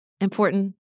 Important